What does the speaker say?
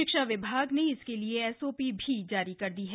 शिक्षा विभाग ने इसके लिए एसओपी भी जारी कर दी है